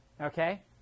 okay